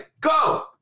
Go